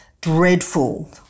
dreadful